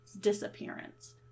disappearance